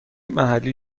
محلی